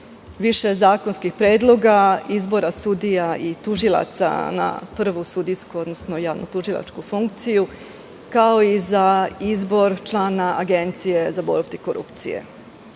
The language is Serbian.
više zakonskih predloga, izbora sudija i tužilaca na prvu sudijsku, odnosno javnotužilačku funkciju, kao i za izbor člana Agencije za borbu protiv